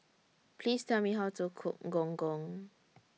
Please Tell Me How to Cook Gong Gong